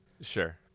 Sure